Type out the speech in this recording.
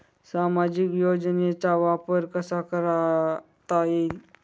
सामाजिक योजनेचा वापर कसा करता येईल?